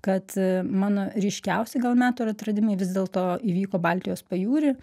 kad a mano ryškiausi gal metų atradimai vis dėlto įvyko baltijos pajūry